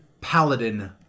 paladin